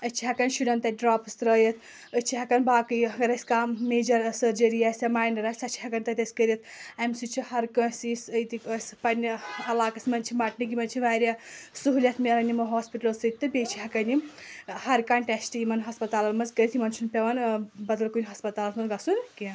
أسۍ چھِ ہٮ۪کان شُرٮ۪ن تتہِ ڈراپٕس ترٛٲیِتھ أسۍ چھِ ہٮ۪کان باقٕے اگر اسہِ کانٛہہ میجر سرجری آسہِ یا ماینر آسہِ سۄ چھِ ہٮ۪کان تتہِ أسۍ کٔرتھ امہِ سۭتۍ چھُ ہر کٲنٛسہِ یُس ییٚتیِک ٲسہِ پننہِ علاقس منٛز چھِ مٹنٕکۍ یِمن چھِ واریاہ سہوٗلیت مِلان یِمو ہاسپٹلو سۭتۍ تہٕ بیٚیہِ چھِ ہٮ۪کان یِم ہر کانٛہہ ٹٮ۪سٹ یِمن ہسپتالن منٛز کٔرتھ یِمن چھُنہٕ پیٚوان بدل کُنہِ ہسپتالس منٛز گژھُن کینٛہہ